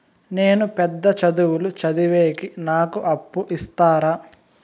నేను పెద్ద చదువులు చదివేకి నాకు అప్పు ఇస్తారా